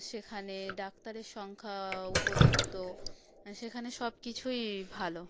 সেখানে ডাক্তারের সংখ্যাও উপযুক্ত সেখানে সব কিছুই ভালো